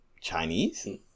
Chinese